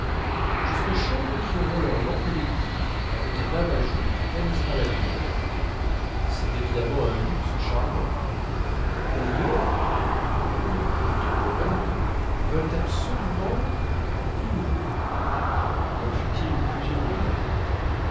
jusqu'aux chambres qui auront leurs lampes électriques avec un abat-jour qui tamisera la lumière c'est évidemment un luxe charmant d'ailleurs nos contemporaines veulent absolument du nouveau n'en fût-il plus au monde